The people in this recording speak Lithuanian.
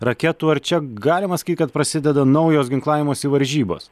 raketų ar čia galima sakyti kad prasideda naujos ginklavimosi varžybos